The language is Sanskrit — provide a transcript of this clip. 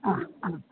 हा हा